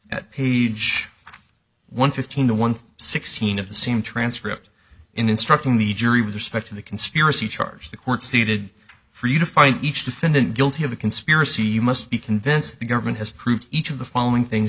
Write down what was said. at page one fifteen one sixteen of the same transcript instructing the jury with respect to the conspiracy charge the court stated for you to find each defendant guilty of a conspiracy you must be convinced the government has proved each of the following things